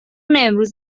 امروز